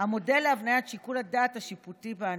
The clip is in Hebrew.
המודל להבניית שיקול הדעת השיפוטי והענישה.